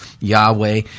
yahweh